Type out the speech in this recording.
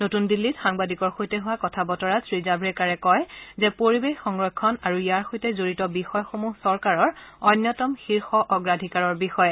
নতুন দিল্লীত সাংবাদিকৰ সৈতে হোৱা কথা বতৰাত শ্ৰীজাল্ৰেকাৰে কয় যে পৰিৱেশ সংৰক্ষণ আৰু ইয়াৰ সৈতে জড়িত বিষয়সমূহ চৰকাৰৰ অন্যতম শীৰ্ষ অগ্ৰাধিকাৰৰ বিষয়